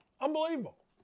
Unbelievable